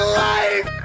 life